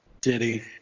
Diddy